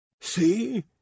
see